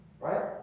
Right